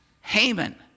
Haman